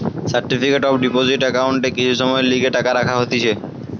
certificate of deposit একাউন্টে কিছু সময়ের লিগে টাকা রাখা হতিছে